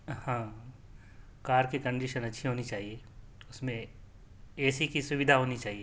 ہاں کار کی کنڈیشن اچھی ہونی چاہیے اس میں اے سی کی سودھا ہونی چاہیے